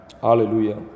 Hallelujah